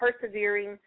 persevering